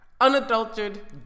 unadulterated